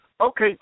Okay